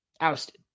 ousted